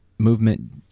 movement